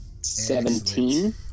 seventeen